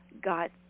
got